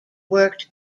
worked